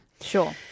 Sure